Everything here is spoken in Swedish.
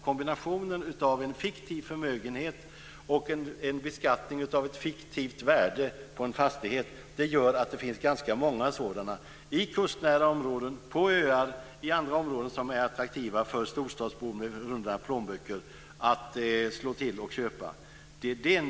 Kombinationen av en fiktiv förmögenhet och beskattning av ett fiktivt värde på en fastighet gör att det finns ganska många fastigheter i kustnära områden, på öar och i andra områden som är attraktiva att köpa för storstadsbor med runda plånböcker.